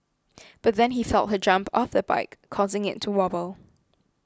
but then he felt her jump off the bike causing it to wobble